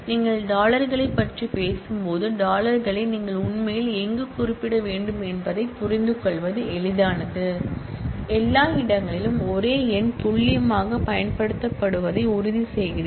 நீங்கள் டாலர்களைப் பற்றி பேசும் போது டாலர்களை நீங்கள் உண்மையில் எங்கு குறிப்பிட வேண்டுமென்பதைப் புரிந்துகொள்வது எளிதானது எல்லா இடங்களிலும் ஒரே எண் துல்லியம் பயன்படுத்தப்படுவதை உறுதிசெய்கிறீர்கள்